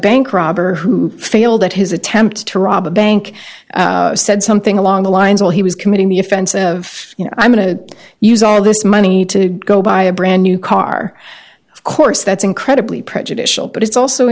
bank robber who failed at his attempt to rob a bank said something along the lines while he was committing the offense of you know i'm going to use all this money to go buy a brand new car of course that's incredibly prejudicial but it's also